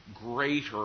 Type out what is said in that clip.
greater